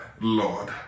Lord